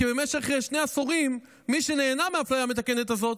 כי במשך שני עשורים מי שנהנה מהאפליה המתקנת הזאת,